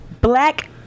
black